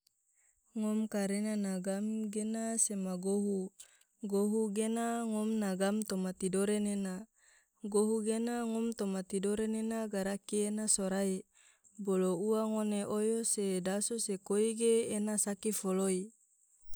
ngom karena na gam gena sema gohu, gohu gena ngom na gam toma tidore nena, gohu gena ngom toma tidore nena garaki ena sorai. Bolo ua ngone oyo se daso se koi ge ena saki foloi.